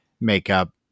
makeup